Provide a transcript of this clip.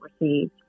received